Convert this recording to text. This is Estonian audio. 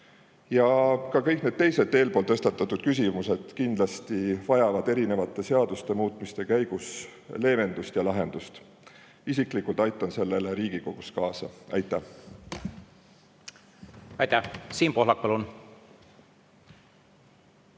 Ja ka kõik teised eespool tõstatatud küsimused vajavad kindlasti erinevate seaduste muutmise käigus leevendust ja lahendust. Isiklikult aitan sellele Riigikogus kaasa. Aitäh! Aitäh! Siim Pohlak, palun!